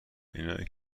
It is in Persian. اینایی